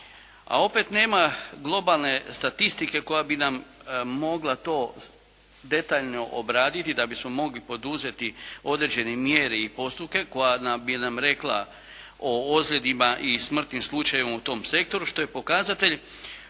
A opet nema globalne statistike koja bi nam mogla to detaljno obraditi da bismo mogli poduzeti određene mjere i postupke koja bi nam rekla o ozljedama i smrtnim slučajevima u tom sektoru što je pokazatelj